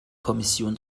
kommission